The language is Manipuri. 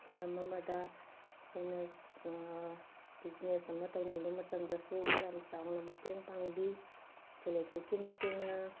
ꯍꯤꯔꯝ ꯑꯃꯗ ꯑꯩꯈꯣꯏꯅ ꯕꯤꯖꯤꯅꯦꯁ ꯑꯃ ꯇꯧꯅꯤꯡꯕ ꯃꯇꯝꯗꯁꯨ ꯌꯥꯝ ꯆꯥꯎꯅ ꯃꯇꯦꯡ ꯄꯥꯡꯕꯤ ꯁꯦꯜꯐ ꯍꯦꯜꯞ ꯒ꯭ꯔꯨꯞꯀꯤ ꯃꯇꯦꯡꯅ